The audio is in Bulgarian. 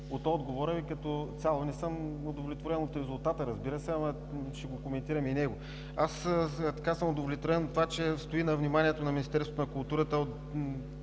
от отговора. Като цяло не съм удовлетворен от резултата, разбира се, но ще го коментирам и него. Удовлетворен съм от това, че стои на вниманието на Министерството на културата,